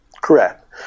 Correct